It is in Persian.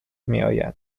میآید